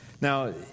Now